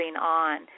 on